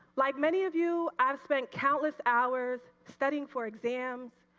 like many of you have spent countless hours studying for exams,